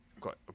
got